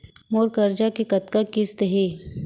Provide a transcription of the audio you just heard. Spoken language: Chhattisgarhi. मोर करजा के कतका किस्ती हे?